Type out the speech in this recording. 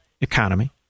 economy